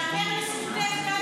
אמרת "חבר הכנסת".